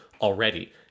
already